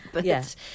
Yes